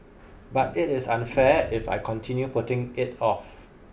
but it is unfair if I continue putting it off